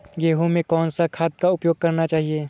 गेहूँ में कौन सा खाद का उपयोग करना चाहिए?